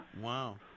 Wow